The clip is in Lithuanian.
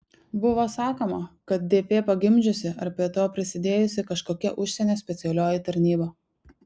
buvo sakoma kad dp pagimdžiusi ar prie to prisidėjusi kažkokia užsienio specialioji tarnyba